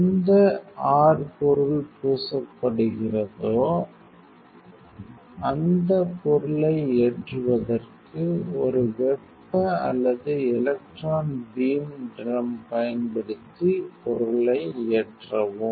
எந்தப் r பொருள் பூசப் போகிறதோ அந்தப் பொருளை ஏற்றுவதற்கு ஒரு வெப்ப அல்லது எலக்ட்ரான் பீம் டிரம் பயன்படுத்தி பொருளை ஏற்றவும்